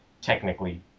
technically